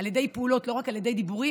על ידי פעולות ולא רק על ידי דיבורים,